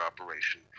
operation